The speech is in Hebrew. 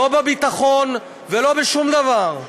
לא בביטחון ולא בשום דבר.